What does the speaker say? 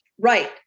Right